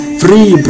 free